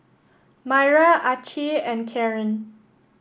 Myra Acy and Carin